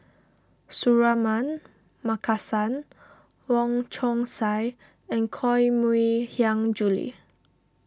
Suratman Markasan Wong Chong Sai and Koh Mui Hiang Julie